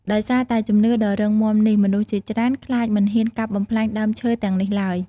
ដោយសារតែជំនឿដ៏រឹងមាំនេះ មនុស្សជាច្រើនខ្លាចមិនហ៊ានកាប់បំផ្លាញដើមឈើទាំងនេះឡើយ។